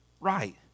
right